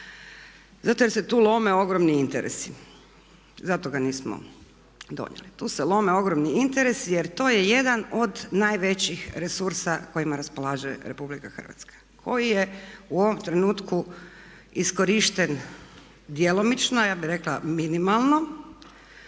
Zato jer se tu lome ogromni interesi, zato ga nismo donijeli. Tu se lome ogromni interesi jer to je jedan od najvećih resursa kojima raspolaže RH koji je u ovom trenutku iskorišten djelomično, ja bih rekla minimalno,